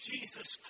Jesus